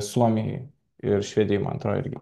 suomijoj ir švedijoj man atrodo irgi